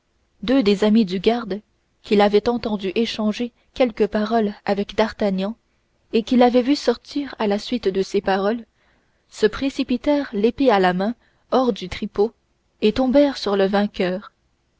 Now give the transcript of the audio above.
deux des amis du garde qui l'avaient entendu échanger quelques paroles avec d'artagnan et qui l'avaient vu sortir à la suite de ces paroles se précipitèrent l'épée à la main hors du tripot et tombèrent sur le vainqueur